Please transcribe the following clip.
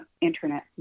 internet